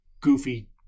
goofy